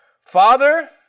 Father